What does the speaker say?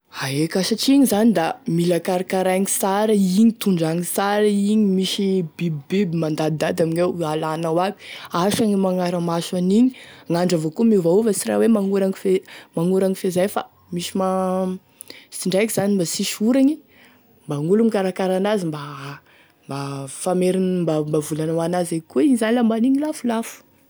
Ae ka satria igny zany da mila karakaraigny sara igny, tondrahagny tsara igny misy biby manandidady amign'eo alanao aby asa gne magnaramaso an'igny gn'andro avao koa miovaova sy raha hoe magnoragny fe magnoragny feizay fa misy ma draiky zany da sisy oragny mba mora mikarakara an'azy mba mba fameriny mba volanyhoanazy evakoa igny zany rah mba hanigny lafolafo.